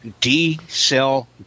D-cell